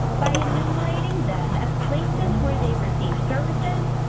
by enumerating them at places where they receive services,